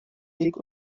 dick